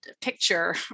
picture